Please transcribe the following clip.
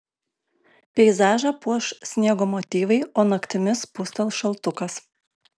peizažą puoš sniego motyvai o naktimis spustels šaltukas